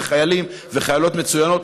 וחיילים וחיילות מצוינים,